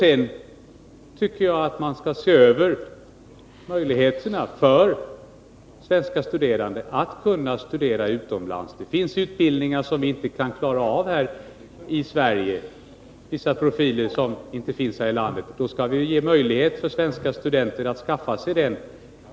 Sedan tycker jag att man skall se över möjligheterna för svenska studerande att kunna studera utomlands. Det finns utbildningar som vi inte kan klara av här i Sverige, vissa profiler som inte finns här i landet. Då skall vi ge svenska studenter möjlighet att skaffa sig dem.